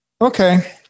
Okay